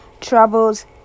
Troubles